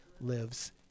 lives